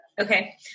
Okay